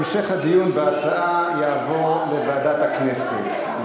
המשך הדיון בהצעה יעבור לוועדת הכנסת,